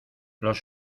los